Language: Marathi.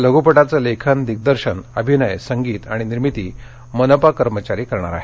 लघ्पटाचं लेखन दिग्दर्शन अभिनय संगीत आणि निर्मिती मनपा कर्मचारी करणार आहेत